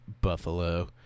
Buffalo